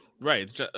right